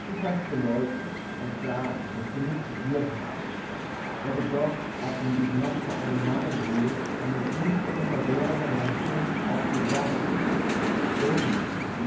wie kannst du leugnen und sagen daß du nicht studiert habest da du doch als man dich noch vor einen narrn hielt einem priester unter währender messe auf die worte